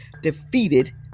defeated